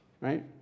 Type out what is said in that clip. Right